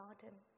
garden